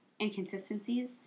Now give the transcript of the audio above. inconsistencies